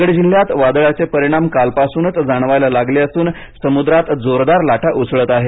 रायगड जिल्ह्यात वादळाचे परिणाम कालपासूनच जाणवायला लागले असून समुद्रात जोरदार लाटा उसळत आहेत